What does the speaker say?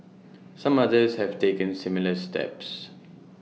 some others have taken similar steps